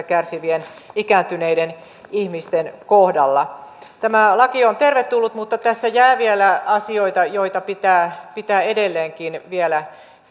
kärsivien ikääntyneiden ihmisten kohdalla tämä laki on tervetullut mutta tässä jää vielä asioita joita pitää pitää edelleenkin vielä